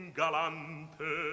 galante